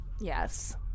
Yes